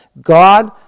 God